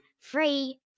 Free